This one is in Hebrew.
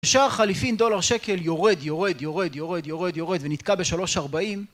שער חליפין דולר-שקל יורד, יורד, יורד, יורד, יורד, יורד ונתקע ב-3.40